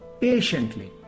patiently